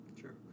Sure